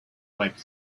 wipe